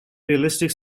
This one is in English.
realistic